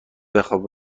بخواب